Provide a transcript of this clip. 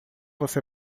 você